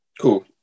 Cool